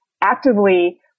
actively